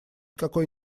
какой